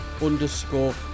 underscore